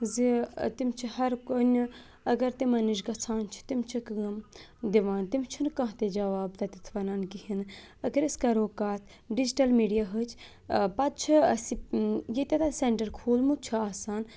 زِ تِم چھِ ہَرٕ کُنہِ اَگر تِمَن نِش گژھان چھِ تِم چھِ کٲم دِوان تِم چھِنہٕ کانٛہہ تہِ جواب تَتٮ۪تھ وَنان کِہیٖنۍ نہٕ اَگر أسۍ کَرو کَتھ ڈِجٹَل میڈیاہٕچ پَتہٕ چھِ اَسہِ ییٚتٮ۪ن اَسہِ سٮ۪نٹَر کھوٗلمُت چھُ آسان